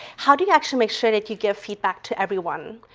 how do you actually make sure that you give feedback to everyone.